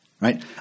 right